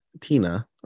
tina